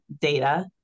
data